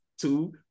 two